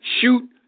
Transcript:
shoot